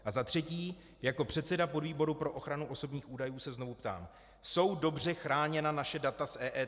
A za třetí, jako předseda podvýboru pro ochranu osobních údajů se znovu ptám: Jsou dobře chráněna naše data z EET?